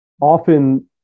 Often